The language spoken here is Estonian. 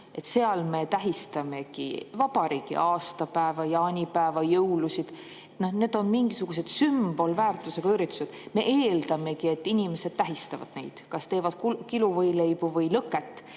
Siis me tähistamegi vabariigi aastapäeva, jaanipäeva, jõulusid. Need on teatud sümbolväärtusega üritused ning me eeldame, et inimesed tähistavad neid, kas teevad kiluvõileibu või lõket.